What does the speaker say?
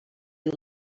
you